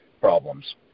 problems